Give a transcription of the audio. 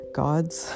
gods